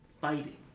fighting